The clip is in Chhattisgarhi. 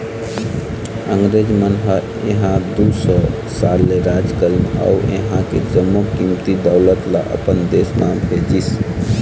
अंगरेज मन ह इहां दू सौ साल ले राज करिस अउ इहां के जम्मो कीमती दउलत ल अपन देश म भेजिस